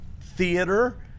theater